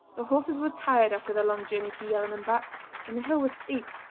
the horses were tired after their long journey to yellon and back and the hill was steep,